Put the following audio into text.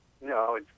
No